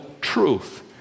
truth